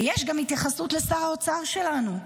ויש גם התייחסות לשר האוצר שלנו.